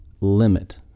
limit